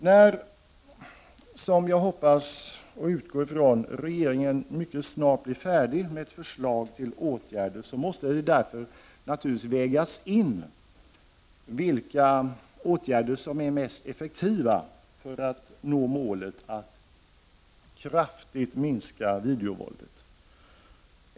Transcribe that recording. När, som jag hoppas och utgår från, regeringen mycket snart blir färdig med ett förslag om åtgärder, måste det därför vägas in vilka åtgärder som är mest effektiva för att man skall nå målet att kraftigt minska videovåldet.